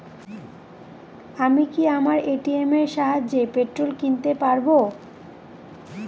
আমি কি আমার এ.টি.এম এর সাহায্যে পেট্রোল কিনতে পারব?